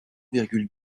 virgule